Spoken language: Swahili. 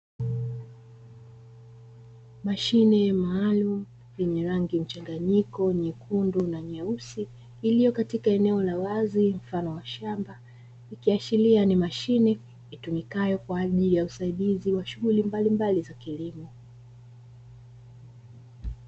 Mashine maalumu yenye rangi mchanganyiko nyekundu na nyeusi, iliyo katika eneo la wazi mfano wa shamba. Ikiashiria ni mashine itumikayo kwa ajili ya usaidizi wa shughuli mbalimbali za kilimo.